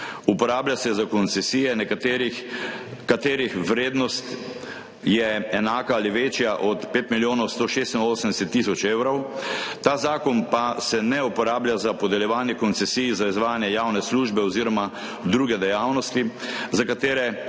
Uporablja se za koncesije, katerih vrednost je enaka ali večja od 5 milijonov 186 tisoč evrov. Ta zakon pa se ne uporablja za podeljevanje koncesij za izvajanje javne službe oziroma druge dejavnosti, za katere